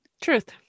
Truth